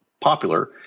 popular